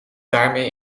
daarmee